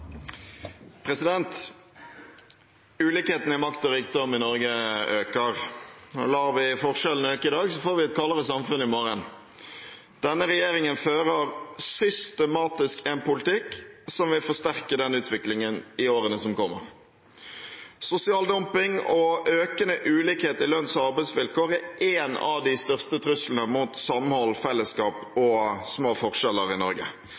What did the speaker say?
rikdom i Norge øker. Lar vi forskjellene øke i dag, får vi et kaldere samfunn i morgen. Denne regjeringen fører – systematisk – en politikk som vil forsterke den utviklingen i årene som kommer. Sosial dumping og økende ulikhet i lønns- og arbeidsvilkår er én av de største truslene mot samhold, fellesskap og små forskjeller i Norge.